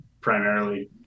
primarily